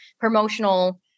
promotional